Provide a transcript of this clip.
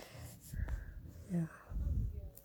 ya